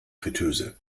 friteuse